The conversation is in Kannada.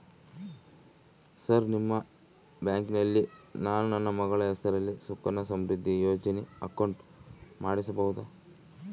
ಸರ್ ನಿಮ್ಮ ಬ್ಯಾಂಕಿನಲ್ಲಿ ನಾನು ನನ್ನ ಮಗಳ ಹೆಸರಲ್ಲಿ ಸುಕನ್ಯಾ ಸಮೃದ್ಧಿ ಯೋಜನೆ ಅಕೌಂಟ್ ಮಾಡಿಸಬಹುದಾ?